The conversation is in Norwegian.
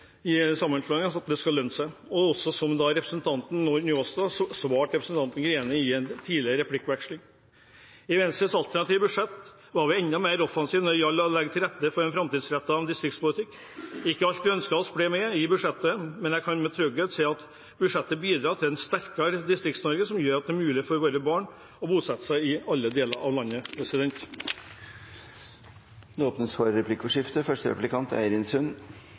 at sammenslåing skal lønne seg – som også representanten Njåstad svarte representanten Greni i en tidligere replikkveksling. I Venstres alternative budsjett var vi enda mer offensive når det gjaldt å legge til rette for en framtidsrettet distriktspolitikk. Ikke alt vi ønsket oss i budsjettet, ble med, men jeg kan med trygghet si at budsjettet bidrar til et sterkere Distrikts-Norge som gjør at det er mulig for våre barn å bosette seg i alle deler av landet. Det blir replikkordskifte. I Venstres alternative budsjett er det flere satsinger på kommunesektoren, men det er